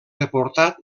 deportat